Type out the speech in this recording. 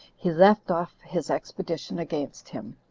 he left off his expedition against him.